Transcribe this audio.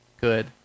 good